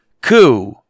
coup